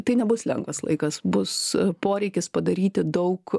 tai nebus lengvas laikas bus poreikis padaryti daug